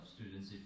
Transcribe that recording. students